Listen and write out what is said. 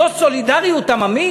זאת סולידריות עממית?